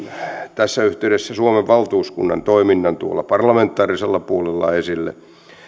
tässä yhteydessä suomen valtuuskunnan toiminnan tuolla parlamentaarisella puolella esille